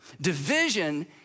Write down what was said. Division